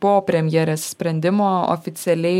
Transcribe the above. po premjerės sprendimo oficialiai